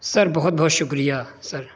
سر بہت بہت شکریہ سر